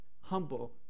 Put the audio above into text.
humble